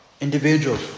individuals